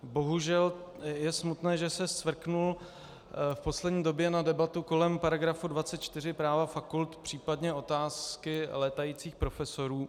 Bohužel je smutné, že se scvrknul v poslední době na debatu kolem § 24 Práva fakult, případně otázky létajících profesorů.